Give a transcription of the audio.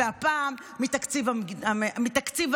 והפעם מתקציב העיריות,